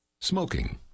Smoking